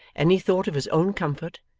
any thought of his own comfort,